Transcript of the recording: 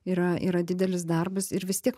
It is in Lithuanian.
yra yra didelis darbas ir vis tiek